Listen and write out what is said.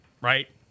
right